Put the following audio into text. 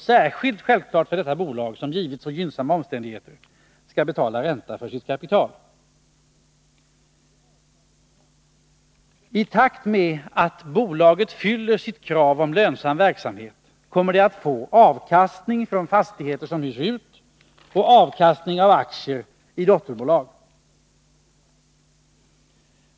Detta är särskilt självklart för detta bolag som givits så gynnsamma omständigheter. I takt med att bolaget fyller sitt krav på lönsam verksamhet kommer det att få avkastning från fastigheter som hyrs ut och av aktier i dotterbolag.